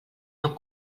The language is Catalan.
amb